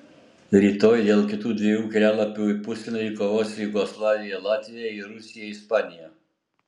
rytoj dėl kitų dviejų kelialapių į pusfinalį kovos jugoslavija latvija ir rusija ispanija